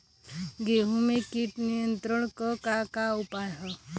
गेहूँ में कीट नियंत्रण क का का उपाय ह?